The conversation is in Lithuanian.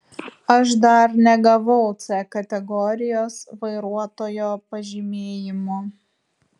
aš dar negavau c kategorijos vairuotojo pažymėjimo